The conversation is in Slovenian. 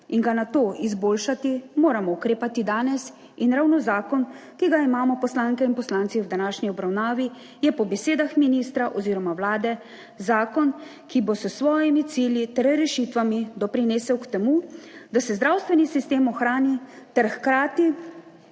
in ga nato izboljšati, moramo ukrepati danes in ravno zakon, ki ga imamo poslanke in poslanci v današnji obravnavi, je po besedah ministra oziroma Vlade, zakon, ki bo s svojimi cilji ter rešitvami doprinesel k temu, da se zdravstveni sistem ohrani ter hkrati